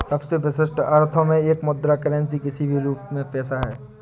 सबसे विशिष्ट अर्थों में एक मुद्रा करेंसी किसी भी रूप में पैसा है